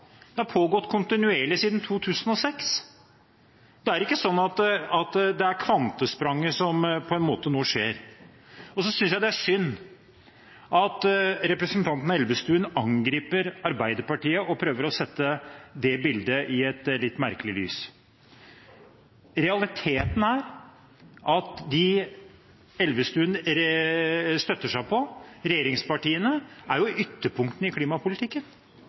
Det har pågått kontinuerlig siden 2006. Det er ikke slik at det er et kvantesprang, det som skjer nå. Jeg synes også det er synd at representanten Elvestuen angriper Arbeiderpartiet og prøver å sette det bildet i et litt merkelig lys. Realiteten er at dem Elvestuen støtter seg på, regjeringspartiene, utgjør ytterpunktene i klimapolitikken.